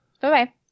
Bye-bye